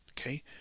Okay